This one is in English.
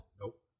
Nope